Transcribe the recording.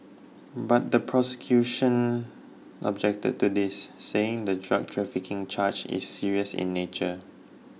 but the prosecution objected to this saying the drug trafficking charge is serious in nature